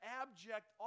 abject